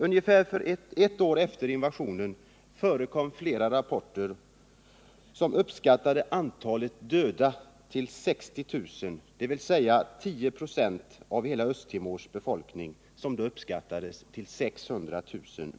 Ungefär ett år efter invasionen förekom flera rapporter som uppskattade antalet då uppskattades till 600 000.